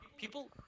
People—